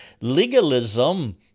Legalism